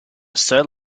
sir